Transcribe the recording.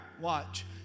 watch